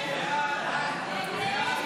סעיף